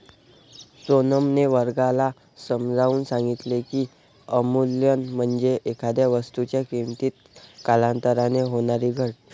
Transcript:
सोनमने वर्गाला समजावून सांगितले की, अवमूल्यन म्हणजे एखाद्या वस्तूच्या किमतीत कालांतराने होणारी घट